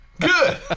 good